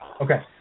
Okay